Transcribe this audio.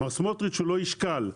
מר סמוטריץ' הוא לא איש קל.